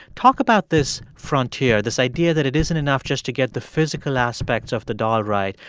talk about this frontier, this idea that it isn't enough just to get the physical aspects of the doll right.